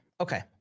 Okay